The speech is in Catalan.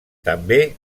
també